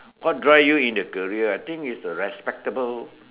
what draw you in the career I think it's the respectable